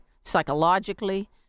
psychologically